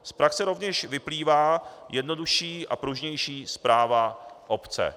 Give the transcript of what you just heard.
Z praxe rovněž vyplývá jednodušší a pružnější správa obce.